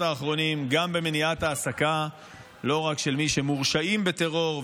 האחרונים גם במניעת העסקה לא רק של מי שמורשעים בטרור,